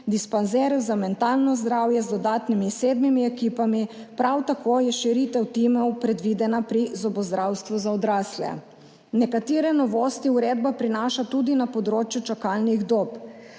dispanzerjev za mentalno zdravje z dodatnimi sedmimi ekipami, prav tako je širitev timov predvidena pri zobozdravstvu za odrasle. Nekatere novosti uredba prinaša tudi na področju čakalnih dob.